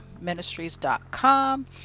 ministries.com